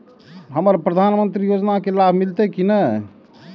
हमरा प्रधानमंत्री योजना के लाभ मिलते की ने?